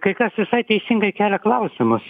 kai kas visai teisingai kelia klausimus